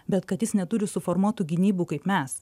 bet kad jis neturi suformuotų gynybų kaip mes